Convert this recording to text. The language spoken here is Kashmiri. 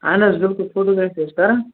اہن حظ بلکل فوٹوگرافی حظ چھِ کَران